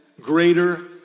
greater